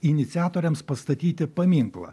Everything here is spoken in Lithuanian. iniciatoriams pastatyti paminklą